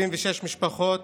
26 משפחות,